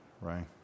right